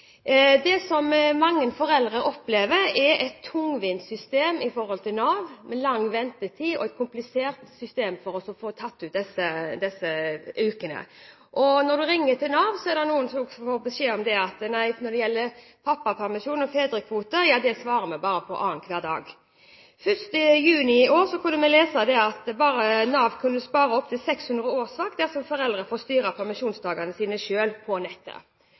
lands. Det mange foreldre opplever, er at det er et tungvindt system i Nav, med lang ventetid og at det er komplisert å få tatt ut disse ukene. Når man ringer til Nav, er det noen som får beskjed om at når det gjelder pappapermisjon og fedrekvote, svarer man på det bare annenhver dag. 1. juni i år kunne man lese at Nav kunne spare opp til 600 årsverk dersom foreldre fikk styre permisjonsdagene sine selv på nettet.